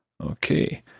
Okay